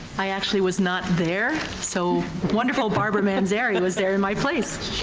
i actually was not there, so wonderful barbara manzeri and was there in my place.